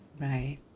Right